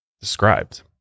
described